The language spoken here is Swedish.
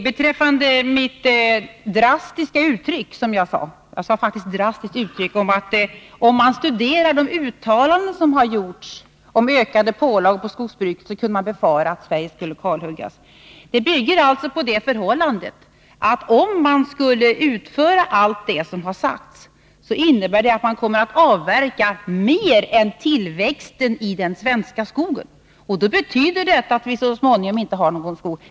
Herr talman! Jag använde tidigare ett drastiskt uttryck, när jag sade att om man studerar de uttalanden som har gjorts om ökade pålagor på skogsbruket så kunde man befara att Sverige skulle kalhuggas. Mitt uttryck bygger på det förhållandet, att om allt vad som har sagts skall utföras så innebär det att man kommer att avverka mer än tillväxten i den svenska skogen. Det betyder att vi så småningom inte har någon skog.